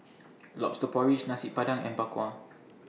Lobster Porridge Nasi Padang and Bak Kwa